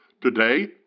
Today